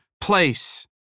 place